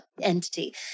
entity